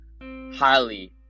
highly